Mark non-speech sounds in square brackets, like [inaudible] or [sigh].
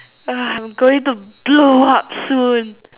[noise] I'm going to blow up soon